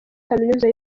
kaminuza